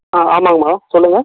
ஆமாங்கம்மா சொல்லுங்கள்